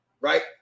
right